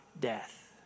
death